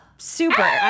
Super